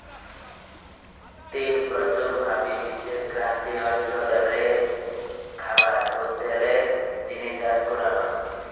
তিল প্রচুর ভাবি বিশ্বের ক্রান্তীয় অঞ্চল রে খাবার ও তেলের জিনে চাষ করা হয়